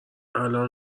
الان